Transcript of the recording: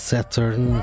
Saturn